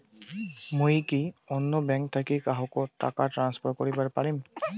মুই কি অন্য ব্যাঙ্ক থাকি কাহকো টাকা ট্রান্সফার করিবার পারিম?